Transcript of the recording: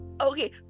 Okay